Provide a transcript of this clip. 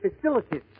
facilities